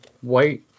white